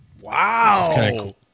Wow